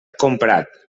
comprat